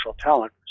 talent